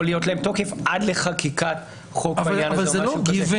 יכול להיות להן תוקף עד לחקיקת החוק או משהו כזה.